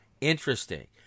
Interesting